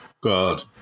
God